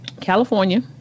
California